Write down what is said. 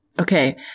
Okay